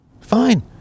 Fine